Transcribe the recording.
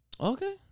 Okay